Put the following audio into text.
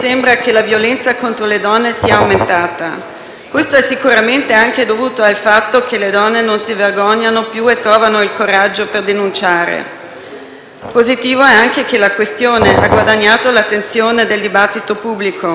Questo è sicuramente dovuto anche al fatto che le donne non si vergognano più e trovano il coraggio per denunciare. Positivo è anche che la questione abbia guadagnato l'attenzione del dibattito pubblico. Venti anni fa era una tematica per poche donne